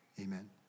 amen